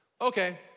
Okay